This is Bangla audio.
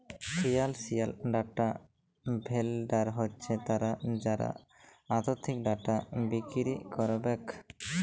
ফিলালসিয়াল ডাটা ভেলডার হছে তারা যারা আথ্থিক ডাটা বিক্কিরি ক্যারবেক